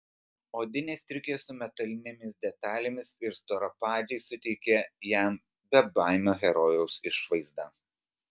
odinė striukė su metalinėmis detalėmis ir storapadžiai suteikė jam bebaimio herojaus išvaizdą